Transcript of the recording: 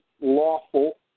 lawful